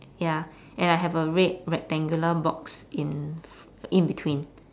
ya and I have a red rectangular box in in between